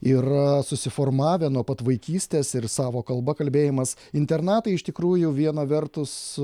yra susiformavę nuo pat vaikystės ir savo kalba kalbėjimas internatai iš tikrųjų viena vertus